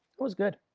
that was good.